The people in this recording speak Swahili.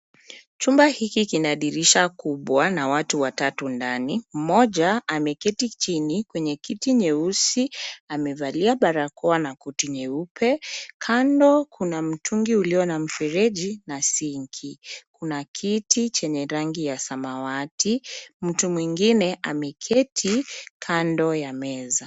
Chumba hiki kina dirisha kubwa na watu watatu ndani. Mmoja ameketi chini kwenye kiti nyeusi amevalia barakoa na koti nyeupe. Kando kuna mtungi ulio na mfereji na sinki. Kuna kiti chenye rangi ya samawati. Mtu mwingine ameketi kando ya meza.